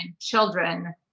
children